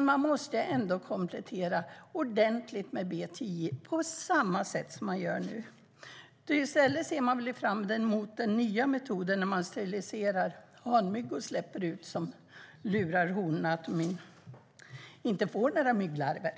Man måste ändå komplettera ordentligt med BTI på samma sätt som man gör nu. I stället ser man fram mot den nya metod där man steriliserar hanmyggor som släpps ut och lurar honmyggorna så att det inte blir några mygglarver.